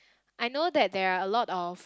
I know that there are a lot of